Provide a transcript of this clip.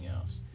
else